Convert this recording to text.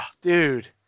dude